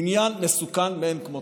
הוא עניין מסוכן מאין כמותו.